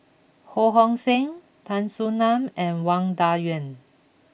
Ho Hong Sing Tan Soo Nan and Wang Dayuan